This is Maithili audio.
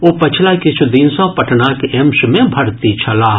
ओ पछिला किछु दिन सॅ पटनाक एम्स मे भर्ती छलाह